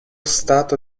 stato